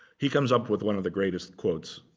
he comes up with one of the greatest quotes,